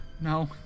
No